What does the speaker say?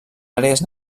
àrees